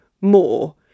more